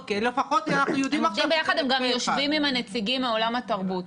הם גם יושבים עם הנציגים מעולם התרבות.